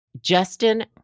Justin